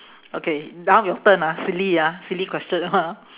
okay now your turn ah silly ah silly question ah